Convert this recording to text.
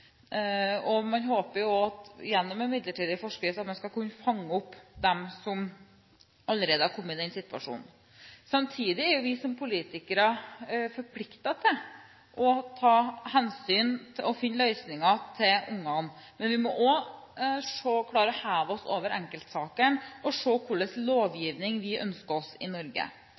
Norge. Man håper gjennom en midlertidig forskrift at man skal kunne fange opp dem som allerede er kommet i den situasjonen. Samtidig er vi som politikere forpliktet til å ta hensyn til og finne løsninger for barna, men vi må også klare å heve oss over enkeltsakene og se hva slags lovgivning vi ønsker oss i Norge.